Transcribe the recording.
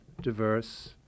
diverse